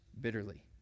bitterly